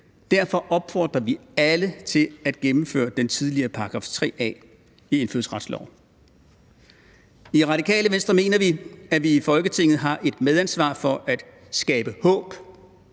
Derfor opfordrer vi alle til at genindføre den tidligere § 3 A i indfødsretsloven. I Radikale Venstre mener vi, at vi i Folketinget har et medansvar for at skabe håb